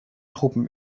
truppen